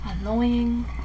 Annoying